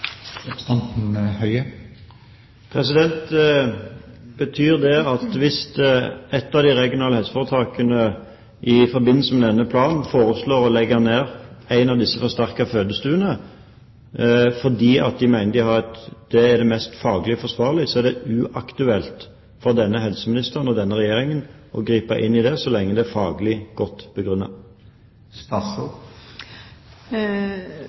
Betyr det at hvis et av de regionale helseforetakene i forbindelse med disse planene foreslår å legge ned en av disse forsterkede fødestuene fordi de mener at det er det mest faglig forsvarlige, så er det uaktuelt for denne helseministeren og denne regjeringen å gripe inn i det, så lenge det er godt faglig